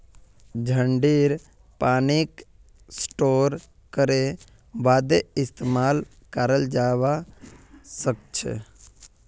झड़ीर पानीक स्टोर करे बादे इस्तेमाल कराल जबा सखछे